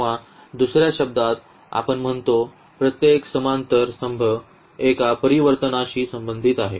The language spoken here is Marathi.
किंवा दुसर्या शब्दात आपण म्हणतो प्रत्येक समांतर स्तंभ एका परिवर्तनाशी संबंधित आहे